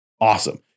Awesome